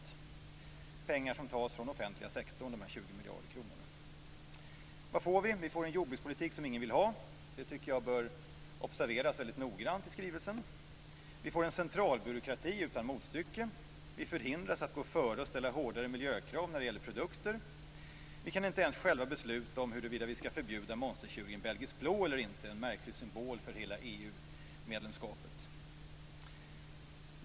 Det är pengar som tas från offentliga sektorn. Vad får vi? Vi får en jordbrukspolitik som ingen vill ha. Det bör observeras noggrant i skrivelsen. Vi får en centralbyråkrati utan motstycke. Vi förhindras att gå före och ställa hårdare miljökrav när det gäller produkter. Vi kan inte ens själva besluta om huruvida vi skall förbjuda monstertjuren belgisk blå eller inte. Det är en märklig symbol för hela EU-medlemskapet.